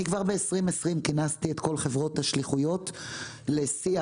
אני כבר ב-2020 כינסתי את כל חברות השליחויות לשיח